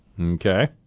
Okay